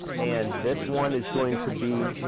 and this one is going to be,